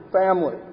family